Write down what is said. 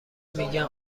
میگن